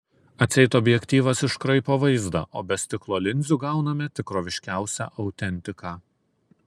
atseit objektyvas iškraipo vaizdą o be stiklo linzių gauname tikroviškiausią autentiką